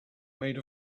made